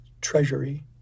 treasury